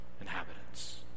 inhabitants